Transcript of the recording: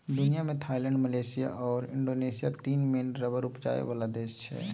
दुनियाँ मे Thailand, Malaysia आओर इंडोनेशिया तीन मेन रबर उपजाबै बला देश छै